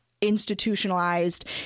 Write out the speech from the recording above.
Institutionalized